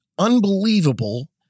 Unbelievable